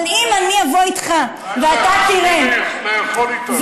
אבל אם אני אבוא איתך ואתה תראה, לאכול איתו.